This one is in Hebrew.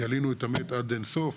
ילינו את המת עד אינסוף?